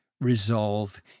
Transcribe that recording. resolve